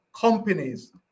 companies